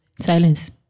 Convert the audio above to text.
Silence